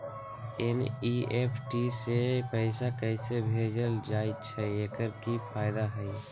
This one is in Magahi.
एन.ई.एफ.टी से पैसा कैसे भेजल जाइछइ? एकर की फायदा हई?